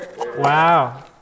Wow